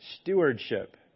Stewardship